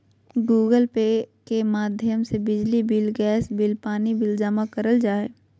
Google Pay के माध्यम से बिजली बिल, गैस बिल, पानी बिल जमा करल जा हय